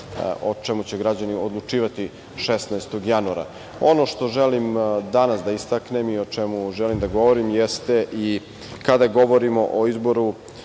o čemu će građani odlučivati 16. januara. Ono što želim danas da istaknem i o čemu želim da govorim jeste, kada govorimo o izboru,